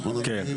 נכון, אדוני?